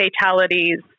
fatalities